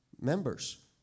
members